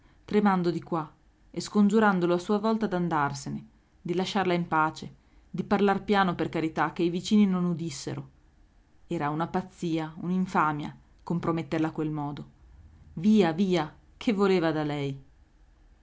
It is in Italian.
tremando di qua e scongiurandolo a sua volta d'andarsene di lasciarla in pace di parlar piano per carità che i vicini non udissero era una pazzia un'infamia comprometterla a quel modo via via che voleva da lei